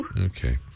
Okay